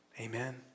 Amen